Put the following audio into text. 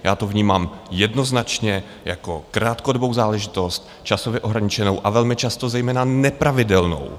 Já to vnímám jednoznačně jako krátkodobou záležitost, časově ohraničenou a velmi často zejména nepravidelnou.